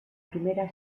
primera